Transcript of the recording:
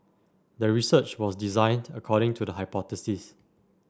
the research was designed according to the hypothesis